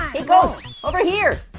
yeah! hey ghosts, over here.